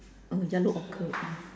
a yellow orchid